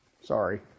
Sorry